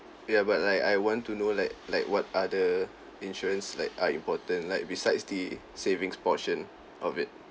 ya but like I want to know like like what other insurance like are important like besides the savings portion of it